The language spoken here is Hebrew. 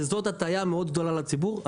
וזאת הטעיה גדולה מאוד לציבור.